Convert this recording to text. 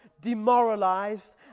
demoralized